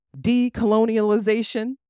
decolonialization